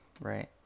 right